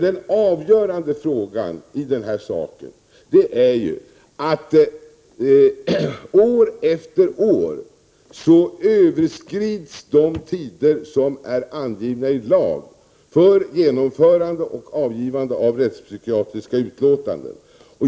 Den avgörande frågan när de gäller denna sak är att man år efter år har överskridit de tider som är angivna i lag för genomförande och avgivande av rättspsykiatriska utlåtanden.